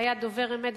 היה דובר אמת,